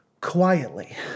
quietly